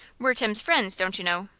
we're tim's friends, don't you know.